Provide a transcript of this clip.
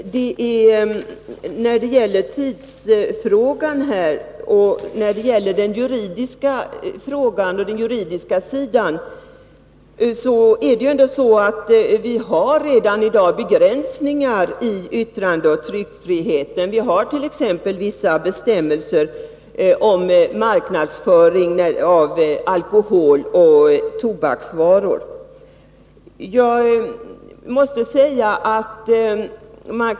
När det gäller tidsaspekten och den juridiska sidan vill jag betona att vi redani dag har begränsningar i yttrandeoch tryckfriheten. Vi hart.ex. vissa bestämmelser om marknadsföring av alkohol och tobaksvaror.